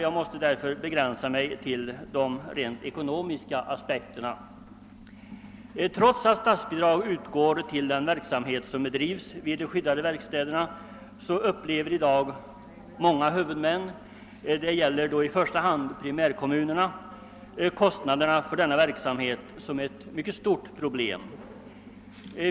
Jag måste därför begränsa mig till de rent ekonomiska aspekterna. Trots att statsbidrag utgår till den verksamhet som bedrivs vid de skyddade verkstäderna upplever i dag många huvudmän — det gäller i första hand primärkommunerna — kostnaderna för denna verksamhet som ett mycket stort problem.